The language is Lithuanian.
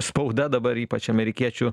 spauda dabar ypač amerikiečių